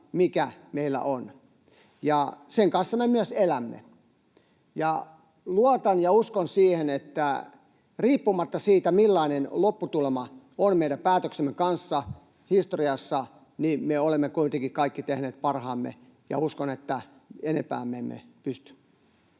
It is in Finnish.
mikä meillä on, ja sen kanssa me myös elämme. Ja luotan ja uskon siihen, että riippumatta siitä, millainen lopputulema on meidän päätöksemme kanssa historiassa, niin me olemme kuitenkin kaikki tehneet parhaamme, ja uskon, että enempään me emme pysty.